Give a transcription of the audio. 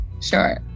Sure